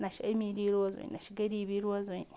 نہَ چھِ أمیٖری روزٕوٕنۍ نہ چھِ غریٖبی روزٕوٕنۍ